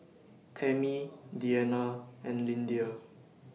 Tammi Deanna and Lyndia